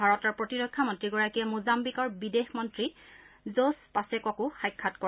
ভাৰতৰ প্ৰতিৰক্ষা মন্ত্ৰীগৰাকীয়ে মোজাম্বিকৰ বিদেশ মন্ত্ৰী জছ পাছেক কো সাক্ষাৎ কৰে